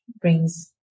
brings